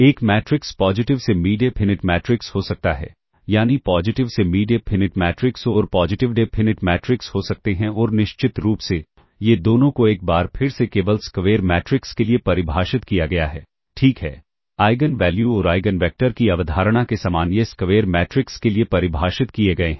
एक matrix positive semi definite matrix हो सकता है यानी पॉजिटिव सेमी डेफिनिट मैट्रिक्स और पॉजिटिव डेफिनिट मैट्रिक्स हो सकते हैं और निश्चित रूप से ये दोनों को एक बार फिर से केवल स्क्वेर मैट्रिक्स के लिए परिभाषित किया गया है ठीक है आइगन वैल्यू और आइगन वेक्टर की अवधारणा के समान ये स्क्वेर मैट्रिक्स के लिए परिभाषित किए गए हैं